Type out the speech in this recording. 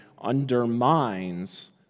undermines